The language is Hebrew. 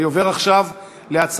בכך התקבלה הודעת הממשלה על רצונה להחיל דין